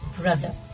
brother